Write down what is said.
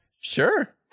Sure